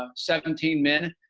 ah seventeen man.